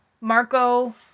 Marco